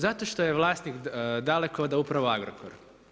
Zato što je vlasnik Dalekovoda upravo Agrokor.